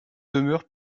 demeure